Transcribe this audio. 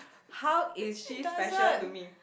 how is she special to me